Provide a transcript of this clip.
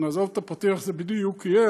נעזוב את הפרטים איך זה בדיוק יהיה,